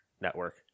network